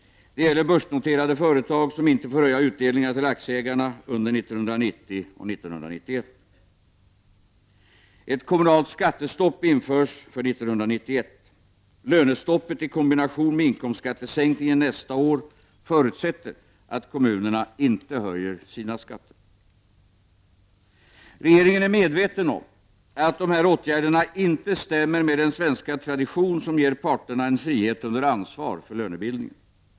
Det gäller börsnoterade företag som inte får höja utdelningar till aktieägarna under 1990 och 1991. Ett kommunalt skattestopp införs för 1991. Lönestoppet i kombination med inkomstskattesänkningen nästa år förutsätter att kommunerna inte höjer sina skatter. Regeringen är medveten om att dessa åtgärder inte stämmer med den svenska tradition som ger parterna en frihet under ansvar för lönebildningen.